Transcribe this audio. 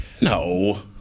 No